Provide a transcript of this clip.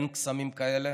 אין קסמים כאלה.